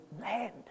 land